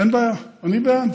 אין בעיה, אני בעד.